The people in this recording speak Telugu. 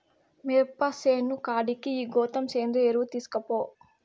మిరప సేను కాడికి ఈ గోతం సేంద్రియ ఎరువు తీస్కపో